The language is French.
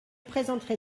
présenterai